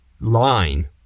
line